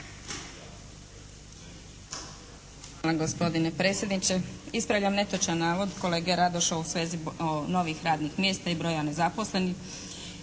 Hvala gospodine predsjedniče. Ispravljam netočan navod kolege Radoša u svezi novih radnih mjesta i broja nezaposlenih.